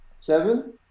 seven